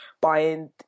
buying